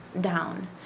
down